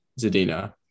Zadina